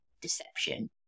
deception